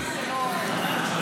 --- אני